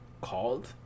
Called